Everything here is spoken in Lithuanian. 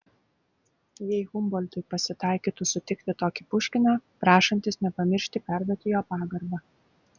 jei humboltui pasitaikytų sutikti tokį puškiną prašantis nepamiršti perduoti jo pagarbą